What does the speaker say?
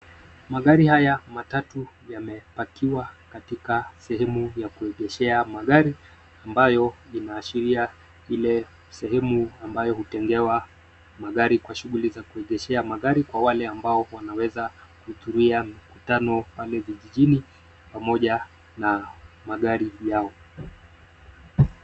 Magari haya matatu yamepakiwa katika sehemu ya kuegeshea magari ambayo inaashiria ile sehemu ambayo hutengewa magari kwa shuguli za kuegeshea mgari kwa wale wanaoweza kuhudhuria mkutano pale vijijini pamoja na magari yao.